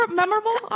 memorable